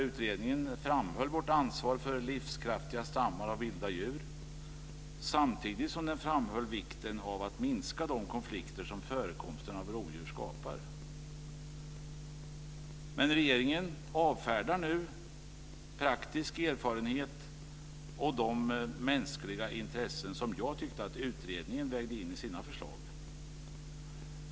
Utredningen framhöll vårt ansvar för livskraftiga stammar av vilda djur, samtidigt som den framhöll vikten av att minska de konflikter som förekomsten av rovdjur skapar. Men regeringen avfärdar nu den praktiska erfarenhet och de mänskliga intressen som jag tyckte att utredningen vägde in i sina förslag.